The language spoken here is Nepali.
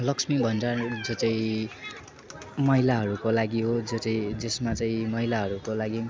लक्ष्मी भण्डार जो चाहिँ महिलाहरूको लागि हो जो चाहिँ जसमा चाहिँ महिलाहरूको लागि